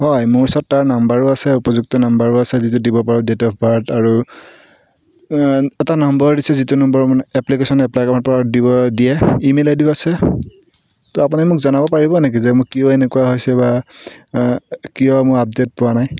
হয় মোৰ ওচৰত তাৰ নাম্বাৰো আছে উপযুক্ত নাম্বাৰো আছে যিটো দিব পাৰোঁ ডেট অফ বাৰ্থ আৰু এটা নম্বৰ দিছে যিটো নম্বৰ মানে এপ্লিকেশ্যন এপ্লাই কৰাৰপৰা দিয়ে ইমেইল আই ডিও আছে তো আপুনি মোক জনাব পাৰিব নেকি যে মোৰ কিয় এনেকুৱা হৈছে বা কিয় মোৰ আপডেট পোৱা নাই